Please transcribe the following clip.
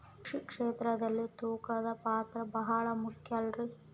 ಕೃಷಿ ಕ್ಷೇತ್ರದಲ್ಲಿ ತೂಕದ ಪಾತ್ರ ಬಹಳ ಮುಖ್ಯ ಅಲ್ರಿ?